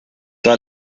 toda